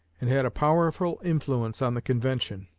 and had a powerful influence on the convention.